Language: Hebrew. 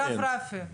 הרב רפי,